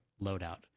loadout